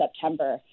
September